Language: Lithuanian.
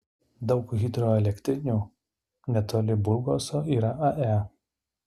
daug hidroelektrinių netoli burgoso yra ae